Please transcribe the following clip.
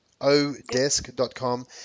odesk.com